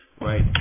Right